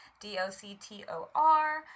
D-O-C-T-O-R